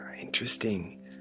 Interesting